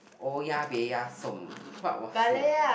owa peya som what was ya